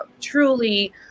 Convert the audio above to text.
truly